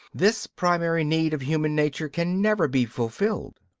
this primary need of human nature can never be fulfilled.